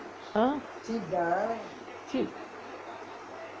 ah cheap